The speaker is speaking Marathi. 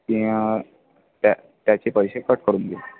ते त्या त्याचे पैसे कट करून देऊ